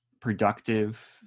productive